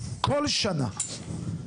כל שנה,